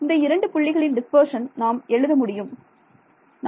இந்த இரண்டு புள்ளிகளின் டிஸ்பர்ஷன் நாம் எழுத முடியும் கூற முடியும்